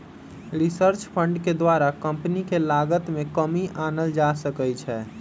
research fund के द्वारा company के लागत में कमी आनल जा सकइ छै